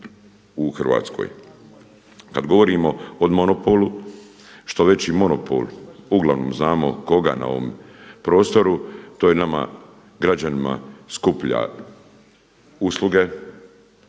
u Hrvatskoj. Kada govorimo o monopolu, što veći monopol, uglavnom znamo koga na ovom prostoru to je nama građanima skuplja usluga,